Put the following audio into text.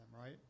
right